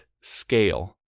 scale